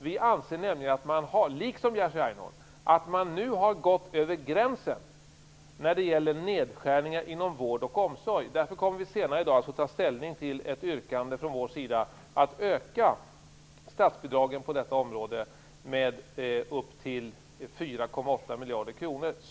Vi anser nämligen, liksom Jerzy Einhorn, att man nu gått över gränsen när det gäller nedskärningar inom vård och omsorg. Därför kommer kammaren senare i dag att få ta ställning till ett yrkande från vår sida om en ökning av statsbidragen på detta område med upp till 4,8 miljarder kronor.